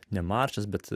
nemažas bet